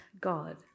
God